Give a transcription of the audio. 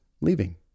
leaving